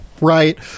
right